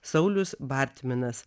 saulius bartminas